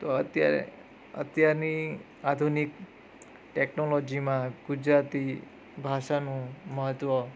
તો અત્યારે અત્યારની આધુનિક ટેકનોલોજીમાં ગુજરાતી ભાષાનું મહત્ત્વ